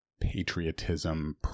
patriotism